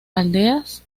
aldeas